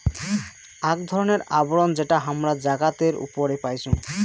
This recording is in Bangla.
আক ধরণের আবরণ যেটা হামরা জাগাতের উপরে পাইচুং